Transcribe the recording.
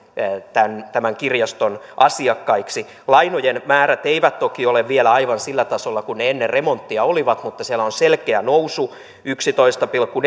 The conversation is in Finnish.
tämän tämän kirjaston asiakkaiksi lainojen määrät eivät toki ole vielä aivan sillä tasolla kuin ne ennen remonttia olivat mutta siellä on selkeä nousu yksitoista pilkku